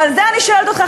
ועל זה אני שואלת אותך,